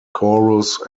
chorus